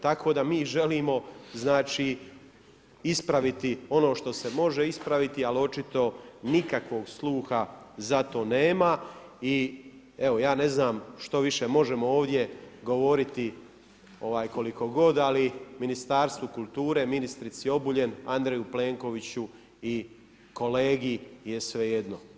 Tako da mi želimo ispraviti ono što se može ispraviti, ali očito nikakvog sluha za to nema i evo ja ne znam što više možemo ovdje govoriti, ovaj koliko god, ali Ministarstvu kulture, ministrici Obuljen, Andreju Plenkoviću i kolegi je svejedno.